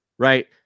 Right